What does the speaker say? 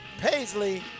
Paisley